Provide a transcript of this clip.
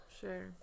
Sure